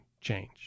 change